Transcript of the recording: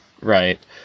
right